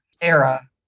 era